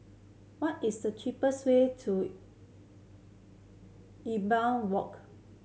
what is the cheapest way Walk